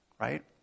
right